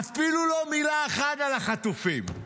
ואפילו לא מילה אחת על החטופים,